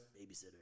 babysitter